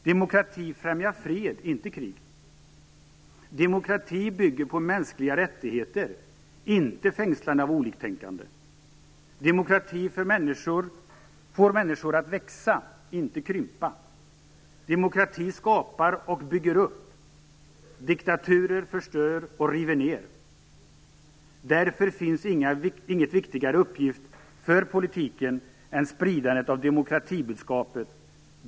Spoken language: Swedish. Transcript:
Demokrati främjar fred - inte krig. Demokrati bygger på mänskliga rättigheter - inte fängslande av oliktänkande. Demokrati får människor att växa - inte krympa. Demokrati skapar och bygger upp - diktatur förstör och river ned. Därför finns det ingen viktigare uppgift för politiken än spridandet av demokratibudskapet.